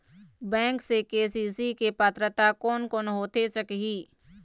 Bank से KCC के पात्रता कोन कौन होथे सकही?